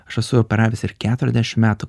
aš esu operavęs ir keturiasdešimt metų